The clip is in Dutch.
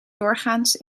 doorgaans